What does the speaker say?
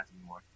anymore